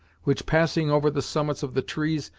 which, passing over the summits of the trees,